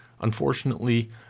Unfortunately